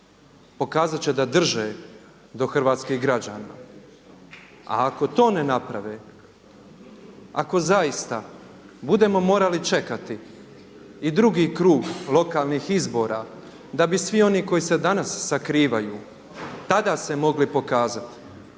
pokazat će da drže do hrvatskih građana. A ako to ne naprave, ako zaista budemo morali čekati i drugi krug lokalnih izbora da bi svi oni koji se danas sakrivaju tada se mogli pokazati,